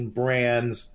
brands